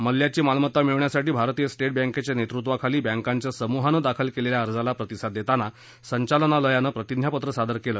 मल्ल्याची मालमत्ता मिळवण्यासाठी भारतीय स्टेट बँकेच्या नेतृत्वाखाली बँकांच्या समूहानं दाखल केलेल्या अर्जाला प्रतिसाद देताना संचालनालयानं प्रतिज्ञापत्रं सादर केलं